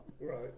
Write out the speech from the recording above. right